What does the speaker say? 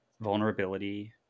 vulnerability